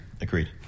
Agreed